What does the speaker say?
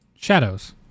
shadows